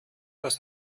das